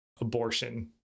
abortion